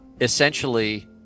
essentially